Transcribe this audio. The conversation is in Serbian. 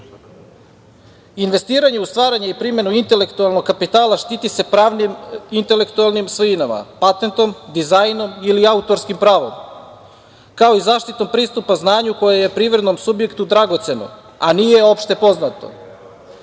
u stvaranje i primenu intelektualnog kapitala štiti se pravo nad intelektualnim svojinama patentom, dizajnom ili autorskim pravom, kao i zaštitom pristupa znanju koje je privrednom subjektu dragoceno, a nije opšte poznato.